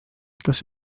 kas